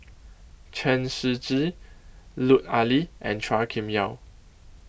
Chen Shiji Lut Ali and Chua Kim Yeow